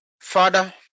father